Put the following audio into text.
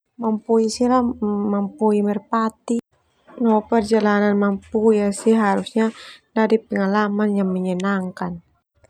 Mampui sila mampui merpati no perjalanan mampui seharusnya dadi pengalaman yang menyenangkan.